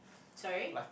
sorry